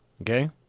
Okay